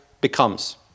becomes